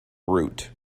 route